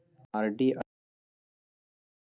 RD आ FD के कि फायदा हई?